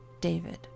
David